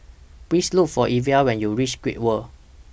Please Look For Evia when YOU REACH Great World